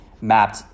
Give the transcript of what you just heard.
mapped